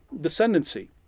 descendancy